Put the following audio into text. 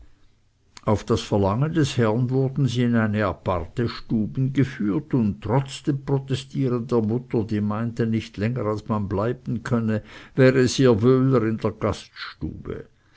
auf das verlangen des herrn wurden sie in eine aparti stuben geführt trotz dem protestieren der mutter die meinte nicht länger als man bleiben könne wäre es ihr wöhler in der gaststube